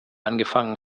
angefangen